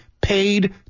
paid